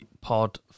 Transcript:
pod